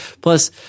Plus